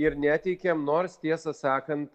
ir neteikiam nors tiesą sakant